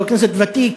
כחבר כנסת ותיק,